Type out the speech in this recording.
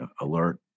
alert